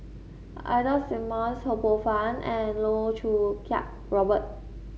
Ida Simmons Ho Poh Fun and Loh Choo Kiat Robert